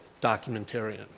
documentarian